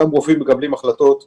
גם רופאים מקבלים החלטות קליניות,